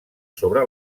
sobre